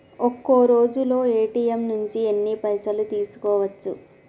ఒక్కరోజులో ఏ.టి.ఎమ్ నుంచి ఎన్ని పైసలు తీసుకోవచ్చు?